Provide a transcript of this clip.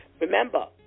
Remember